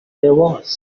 divorce